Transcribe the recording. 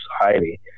society